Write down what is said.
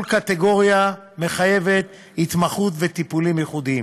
כל קטגוריה מחייבת התמחות וטיפולים ייחודיים.